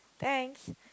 thanks